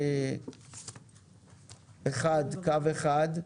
קו אחד,